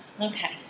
Okay